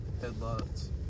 headlights